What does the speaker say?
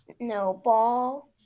snowball